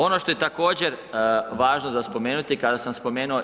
Ono što je također važno za spomenuti kada sam spomenuo EU.